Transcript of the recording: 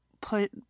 put